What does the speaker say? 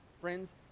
Friends